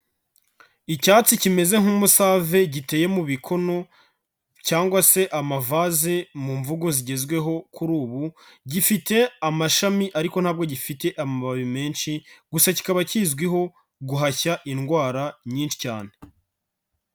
Icyatsi kimeze nk'umusave giteye mu bikono cyangwa se amavazi mu mvugo zigezweho kuri ubu, gifite amashami ariko ntabwo gifite amababi menshi, gusa kikaba kizwiho guhashya indwara nyinshi cyane.